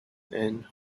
and